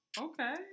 Okay